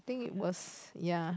think it was yeah